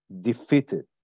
defeated